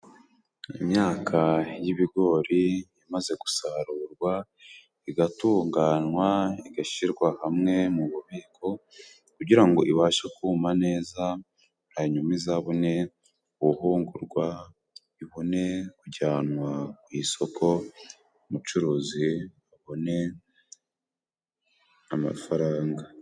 Imyaka y'ibigori imaze gusarurwa igatunganywa igashyirwa hamwe mu bubiko, kugira ngo ibashe kuma neza hanyuma izabone ubuhungurwa, ibone kujyanwa ku isoko umucuruzi abone amafaranga.